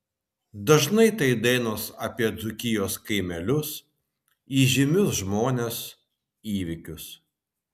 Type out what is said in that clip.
dažnai tai dainos apie dzūkijos kaimelius įžymius žmones įvykius